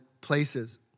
places